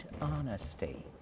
honesty